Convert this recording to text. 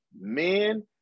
men